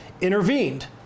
intervened